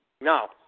No